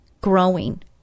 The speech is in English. growing